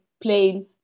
plain